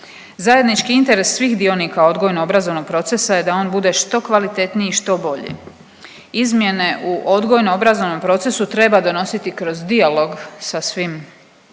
Zajednički interes svih dionika odgojno-obrazovnog procesa je da on bude što kvalitetniji i što bolji. Izmjene u odgojno-obrazovnom procesu treba donositi kroz dijalog sa svim dionicima,